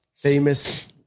famous